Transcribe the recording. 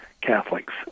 Catholics